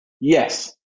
Yes